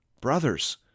Brothers